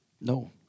no